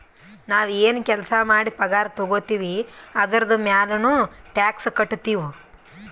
ನಾವ್ ಎನ್ ಕೆಲ್ಸಾ ಮಾಡಿ ಪಗಾರ ತಗೋತಿವ್ ಅದುರ್ದು ಮ್ಯಾಲನೂ ಟ್ಯಾಕ್ಸ್ ಕಟ್ಟತ್ತಿವ್